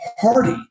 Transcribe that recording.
party